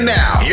now